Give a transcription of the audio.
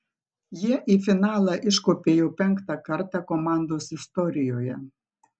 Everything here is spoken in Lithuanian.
jie į finalą iškopė jau penktą kartą komandos istorijoje